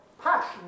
passion